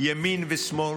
ימין ושמאל,